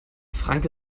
frank